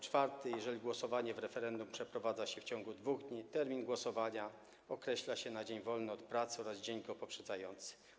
4. Jeżeli głosowanie w referendum przeprowadza się w ciągu 2 dni, termin głosowania określa się na dzień wolny od pracy oraz dzień go poprzedzający.